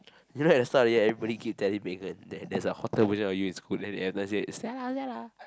you know at the start of the year everybody keep telling Megan that there's a hotter version of you in school then she every time say Stella Stella